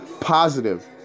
positive